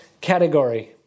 category